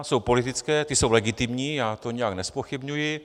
Jsou politické, ty jsou legitimní, já to nijak nezpochybňuji.